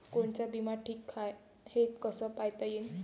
कोनचा बिमा ठीक हाय, हे कस पायता येईन?